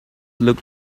looked